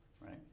right